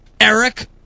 Eric